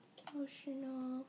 emotional